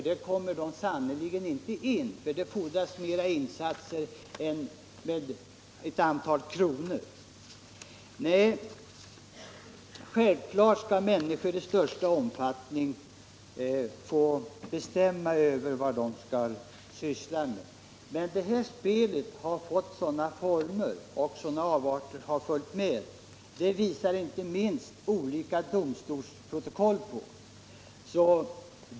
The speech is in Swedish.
Där kommer de sannerligen inte in, eftersom det där fordras större insatser än ett antal enkronor. Självfallet skall människor i största möjliga omfattning få bestämma över vad de skall syssla med. Men det här spelet har fått stor omfattning och avarter har följt med. Det visar inte minst olika domstolsprotokoll.